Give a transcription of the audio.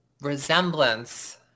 resemblance